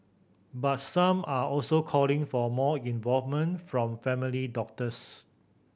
but some are also calling for more involvement from family doctors